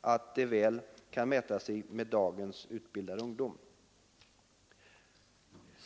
att de väl kan mäta sig med dagens utbildade ungdom.